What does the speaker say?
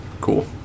cool